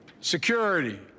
security